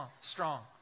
strong